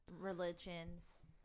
religions